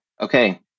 okay